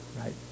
right